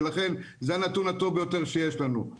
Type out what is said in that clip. ולכן זה הנתון הטוב ביותר שיש לנו.